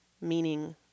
meaning